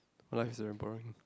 life is very boring